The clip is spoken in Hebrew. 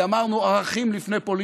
כי אמרנו: אחים לפני פוליטיקה,